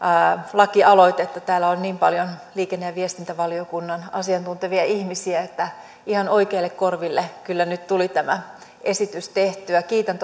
lakialoitetta täällä on niin paljon liikenne ja viestintävaliokunnan asiantuntevia ihmisiä että ihan oikeille korville kyllä nyt tuli tämä esitys tehtyä kiitän